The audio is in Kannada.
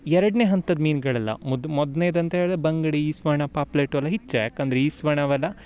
ಎರಡನೇ ಹಂತದ್ದು ಮೀನ್ಗಳಲ್ಲ ಮೊದ್ ಮೊದ್ನೇದಂತ ಹೇಳ್ದೆ ಬಂಗ್ಡಿ ಈ ಸ್ವರ್ಣ ಪಾಪ್ಲೇಟು ಎಲ್ಲ ಹಿಚ್ಚ ಯಾಕಂದ್ರೆ ಈ ಸ್ವರ್ಣ ಅವೆಲ್ಲ